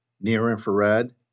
near-infrared